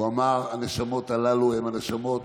הוא אמר: הנשמות הללו הן הנשמות